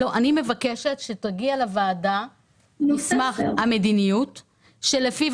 אני מבקשת שלוועדה יגיע מסמך המדיניות לפיו